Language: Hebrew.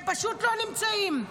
הם פשוט לא נמצאים.